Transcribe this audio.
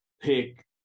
pick